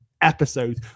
episode